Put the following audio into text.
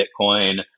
Bitcoin